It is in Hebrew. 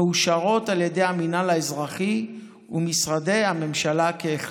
מאושרות על ידי המינהל האזרחי ומשרדי הממשלה כאחד.